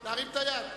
מי נגד?